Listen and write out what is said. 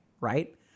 right